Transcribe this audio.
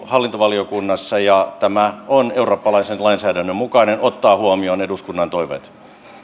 hallintovaliokunnassa ja tämä on eurooppalaisen lainsäädännön mukainen ottaa huomioon eduskunnan toiveet